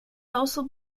also